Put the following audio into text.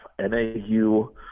NAU